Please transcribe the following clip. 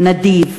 נדיב...